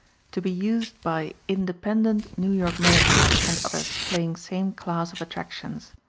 to be used by independent new york managers and others playing same class of attractions.